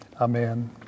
Amen